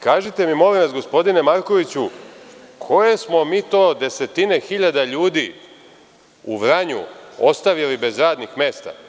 Kažite mi molim vas, gospodine Markoviću, koje smo mi to desetine hiljada ljudi u Vranju ostavili bez radnih mesta?